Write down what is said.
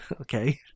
Okay